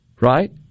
right